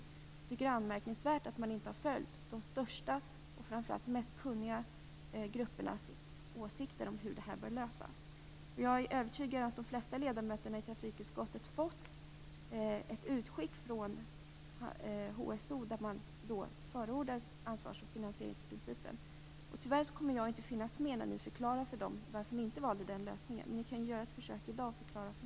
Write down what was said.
Jag tycker att det är anmärkningsvärt att man inte har följt de största och framför allt de mest kunniga gruppernas åsikter om hur detta bör lösas. Jag är övertygad om att de flesta ledamöter i trafikutskottet har fått ett utskick från HSO där man förordar ansvars och finansieringsprincipen. Tyvärr kan jag inte vara med när ni förklarar för dessa organisationer varför ni inte valde den lösningen. Men ni kan kanske göra ett försök och förklara för mig i dag.